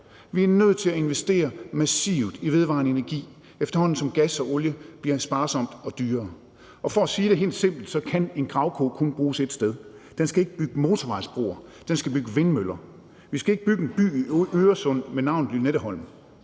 Vi er nødt til at investere massivt i vedvarende energi, efterhånden som gas og olie bliver sparsomt og dyrere. For at sige det helt simpelt kan en gravko kun bruges ét sted. Den skal ikke bygge motorvejsbroer, den skal bygge vindmøller. Vi skal ikke bygge en by i Øresund med navnet Lynetteholm,